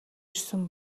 ирсэн